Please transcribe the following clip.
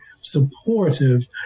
supportive